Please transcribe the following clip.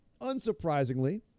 unsurprisingly